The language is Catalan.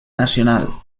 nacional